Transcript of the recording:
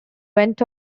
went